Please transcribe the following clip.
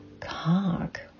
cock